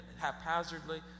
haphazardly